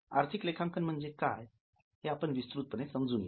आर्थिक लेखांकन म्हणजे काय हे आपण विस्तृतपणे समजून घेऊ